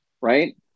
right